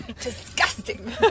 Disgusting